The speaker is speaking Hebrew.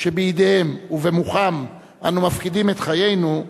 שבידיהם ובמוחם אנו מפקידים את חיינו,